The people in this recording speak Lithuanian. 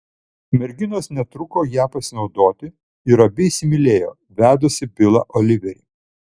merginos netruko ja pasinaudoti ir abi įsimylėjo vedusį bilą oliverį